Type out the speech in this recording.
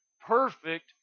perfect